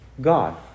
God